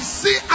see